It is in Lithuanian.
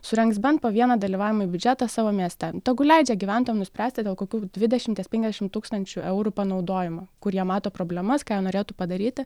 surengs bent po vieną dalyvaujamąjį biudžetą savo mieste tegu leidžia gyventojam nuspręsti dėl kokių dvidešimties penkiasdešim tūkstančių eurų panaudojimo kur jie mato problemas ką jie norėtų padaryti